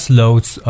loads